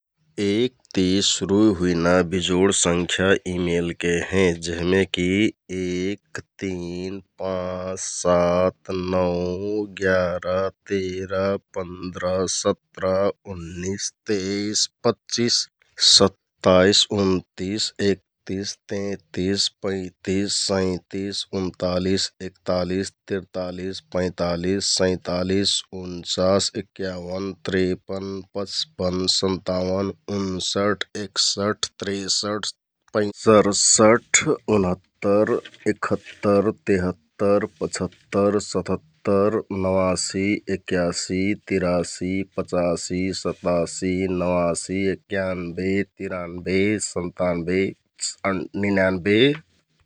एक ति सुरु हुइना बिजोड संख्या यि मेलके हें जेहमे कि एक, तिन, पाँच, सात, नौ, ग्यारा, तेरा, पन्दरा, सत्रा, उन्निस, तेइस, पच्चिस, सत्ताइस, उन्तिस, एकतिस, तैंतिस, पैँतिस, सैंतिस, उन्तालिस, एकतालिस, तिरतालिस, पैंतालिस, सैंतालिस, उन्चास, एकावन, तिरपन, पचपन, सन्ताउन, उन्सठ, एकसठ, तिरसठ, सरसठ, उनहत्तर, एकहत्तर, तेहत्तर, पचहत्तर, सतहत्तर, नवासि, एक्कासि, तिरयासि, पचासि, सतासि, नवासि, एकक्यानबे, तिरानबे, सन्तानबे निनानबे ।